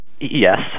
Yes